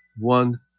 one